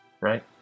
right